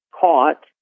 caught